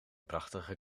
prachtige